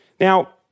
Now